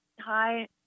Hi